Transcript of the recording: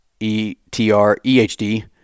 E-T-R-E-H-D